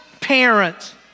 parents